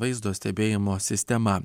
vaizdo stebėjimo sistema